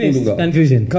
Confusion